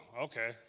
okay